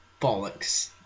Bollocks